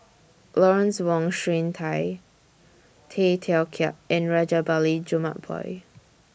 Lawrence Wong Shyun Tsai Tay Teow Kiat and Rajabali Jumabhoy